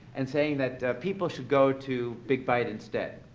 and saying that people should go to big bite instead,